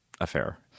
affair